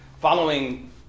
following